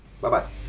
bye-bye